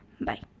Bye